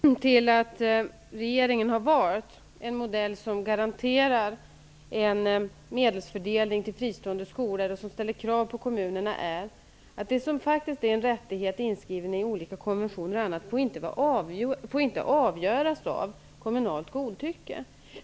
Herr talman! Ett av skälen till att regeringen har valt en modell som garanterar en medelsfördelning till fristående skolor och ställer krav på kommunerna är att en rättighet som finns inskriven i olika konventioner inte får avgöras av kommunalt godtycke.